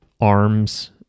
arms